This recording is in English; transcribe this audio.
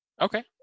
Okay